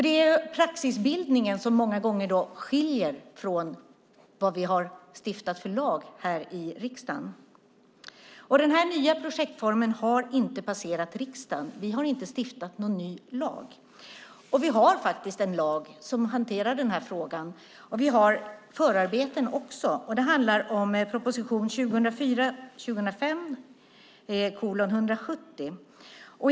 Det är praxisbildningen som många gånger skiljer sig från den lag vi har stiftat här i riksdagen. Den nya projektformen har inte passerat riksdagen. Vi har inte stiftat någon ny lag. Vi har faktiskt en lag som hanterar den här frågan. Vi har förarbeten också. Det handlar om proposition 2004/05:170.